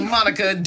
Monica